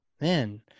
man